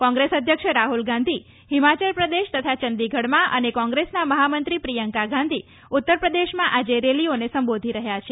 કોંગ્રેસના અધ્યક્ષ રાફ્લ ગાંધી ફિમાચલ પ્રદેશ તથા ચંડીગઢમાં અને કોંગ્રેસના મફામંત્રી પ્રિયંકા ગાંધી ઉત્તરપ્રદેશમાં આજે રેલીઓને સંબોધી રહ્યા છે